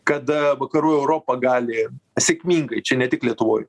kada vakarų europa gali sėkmingai čia ne tik lietuvoj